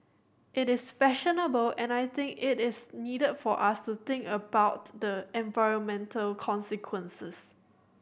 it is fashionable and I think it is needed for us to think about the environmental consequences